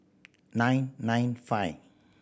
nine nine five